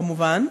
כמובן?